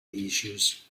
issues